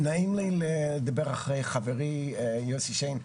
נעים לי לדבר אחרי חברי, יוסי שיין.